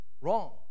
wrong